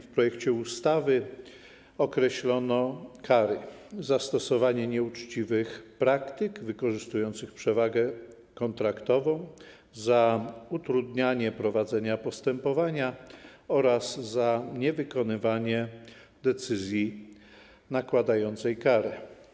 W projekcie ustawy określono kary za stosowanie nieuczciwych praktyk wykorzystujących przewagę kontraktową, za utrudnianie prowadzenia postępowania oraz za niewykonywanie decyzji nakładającej karę.